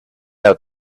out